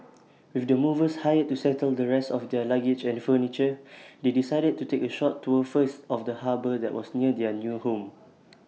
with the movers hired to settle the rest of their luggage and furniture they decided to take A short tour first of the harbour that was near their new home